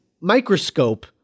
microscope